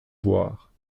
boire